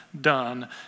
done